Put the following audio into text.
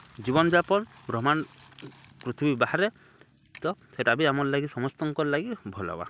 ଜୀବନ୍ଯାପନ୍ ପ୍ରମାଣ୍ ପୃଥିବୀ ବାହାରେ ତ ସେଟା ବି ଆମର୍ ଲାଗି ସମସ୍ତଙ୍କର୍ ଲାଗି ଭଲ୍ ହେବା